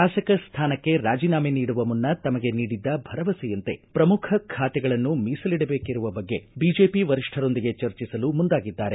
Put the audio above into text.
ಶಾಸಕ ಸ್ಥಾನಕ್ಕೆ ರಾಜನಾಮೆ ನೀಡುವ ಮುನ್ನ ತಮಗೆ ನೀಡಿದ್ದ ಭರವಸೆಯಂತೆ ಶ್ರಮುಖ ಖಾತೆಗಳನ್ನು ಮೀಸಲಿಡಬೇಕಿರುವ ಬಗ್ಗೆ ಬಿಜೆಪಿ ವರಿಷ್ಠರೊಂದಿಗೆ ಚರ್ಚಿಸಲು ಮುಂದಾಗಿದ್ದಾರೆ